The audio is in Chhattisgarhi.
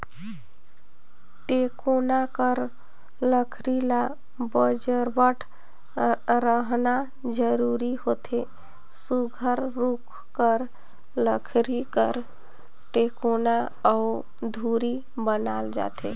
टेकोना कर लकरी ल बजरबट रहना जरूरी होथे सुग्घर रूख कर लकरी कर टेकोना अउ धूरी बनाल जाथे